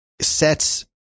sets